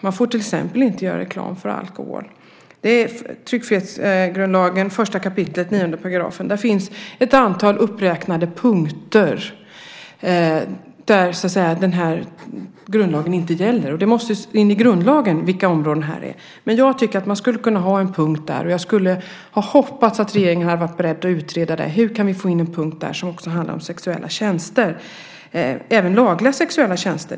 Man får till exempel inte göra reklam för alkohol. I tryckfrihetsförordningens 1 kap. 9 § finns ett antal punkter uppräknade där grundlagen inte gäller. Det måste alltså in i grundlagen vilka områden det är. Jag tycker att man kunde ha en punkt om detta, och jag hade hoppats att regeringen varit beredd att utreda hur vi även kunde få in en punkt om sexuella tjänster, också lagliga sexuella tjänster.